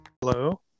Hello